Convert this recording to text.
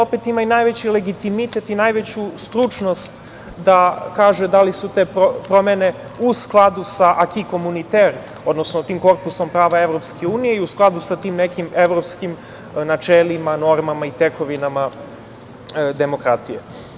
Opet ima i najveći legitimitet i najveću stručnost da kaže da li su te promene u skladu sa „aki komuniter“, odnosno tim korpusom prava EU i u skladu sa tim nekim evropskim načelima, normama i tekovinama demokratije.